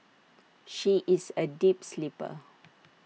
she is A deep sleeper